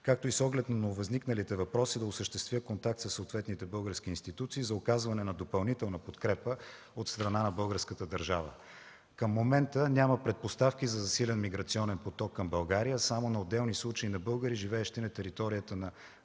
както и с оглед на нововъзникналите въпроси, да осъществя контакт със съответните български институции за оказване на допълнителна подкрепа от страна на българската държава. Към момента няма предпоставки за засилен миграционен поток към България, а само на отделни случаи на българи, живеещи на територията на